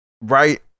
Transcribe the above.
Right